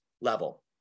level